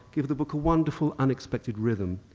give the book wonderful, unexpected rhythm.